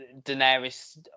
Daenerys